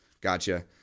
Gotcha